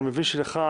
אני מבין שלך,